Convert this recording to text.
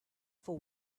for